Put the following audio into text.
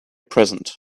present